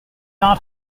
not